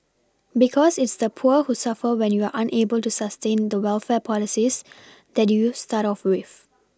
because it's the poor who suffer when you're unable to sustain the welfare policies that you start off with